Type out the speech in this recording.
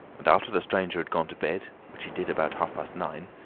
and after the stranger had gone to bed, which he did about half-past nine,